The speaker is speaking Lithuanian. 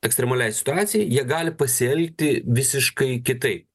ekstremaliai situacijai jie gali pasielgti visiškai kitaip